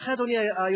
ולכן, אדוני היושב-ראש,